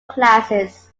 classes